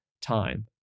time